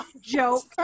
Joke